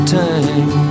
time